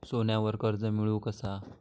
सोन्यावर कर्ज मिळवू कसा?